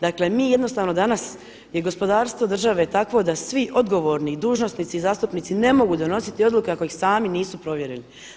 Dakle mi jednostavno danas je gospodarstvo države takvo da vi odgovorni dužnosnici i zastupnici ne mogu donositi odluke ako ih sami nisu provjerili.